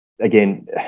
Again